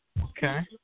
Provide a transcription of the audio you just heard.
Okay